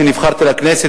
כשנבחרתי לכנסת,